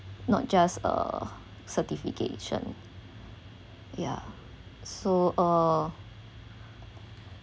not just uh certification ya so uh